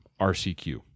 RCQ